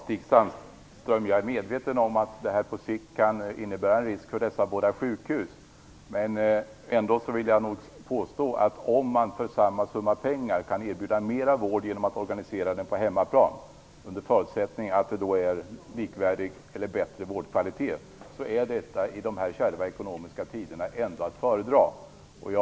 Fru talman! Jag är medveten om att detta på sikt kan innebära en risk för dessa båda sjukhus. Men jag vill påstå att om man för samma summa pengar kan erbjuda mera vård genom att organisera den på hemmaplan under förutsättning att vårdkvaliteten är likvärdig eller bättre, så är detta i dessa kärva ekonomiska tider ändå att föredra.